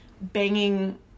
banging